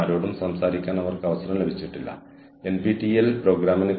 അതുപോലെ തന്നെയാണ് ബ്ലെൻഡറുകൾ